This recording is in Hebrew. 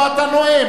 לא אתה נואם.